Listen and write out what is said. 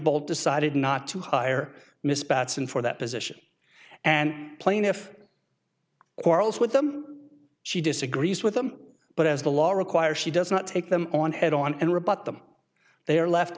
both decided not to hire miss bateson for that position and plaintiff quarrels with them she disagrees with them but as the law requires she does not take them on head on and rebut them they